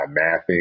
mathing